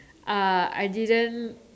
uh I didn't